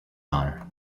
honor